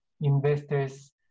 investors